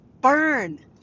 Burn